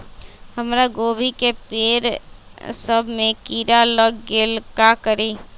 हमरा गोभी के पेड़ सब में किरा लग गेल का करी?